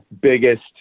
biggest